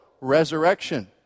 resurrection